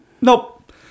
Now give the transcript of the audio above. nope